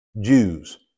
Jews